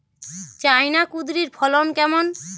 China কুঁদরীর ফলন কেমন?